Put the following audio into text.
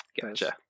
Gotcha